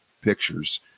Pictures